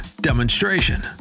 demonstration